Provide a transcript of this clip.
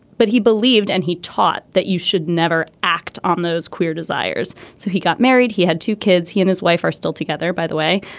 but he believed and he taught that you should never act on those queer desires. so he got married he had two kids he and his wife are still together by the way.